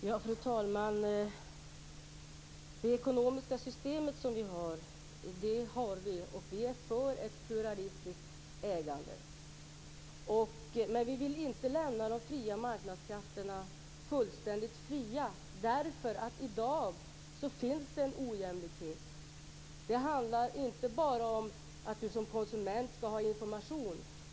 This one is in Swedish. Fru talman! Det ekonomiska system vi har, det har vi. Vi är för ett pluralistiskt ägande. Men vi vill inte lämna de fria marknadskrafterna fullständigt fria, därför att det i dag finns en ojämlikhet. Det handlar inte bara om att vi som konsumenter skall ha information.